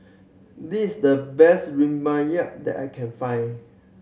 this the best that I can find